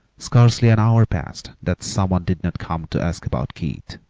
scarcely an hour passed that some one did not come to ask about keith,